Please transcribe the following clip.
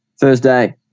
Thursday